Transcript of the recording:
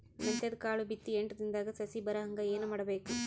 ಮೆಂತ್ಯದ ಕಾಳು ಬಿತ್ತಿ ಎಂಟು ದಿನದಾಗ ಸಸಿ ಬರಹಂಗ ಏನ ಮಾಡಬೇಕು?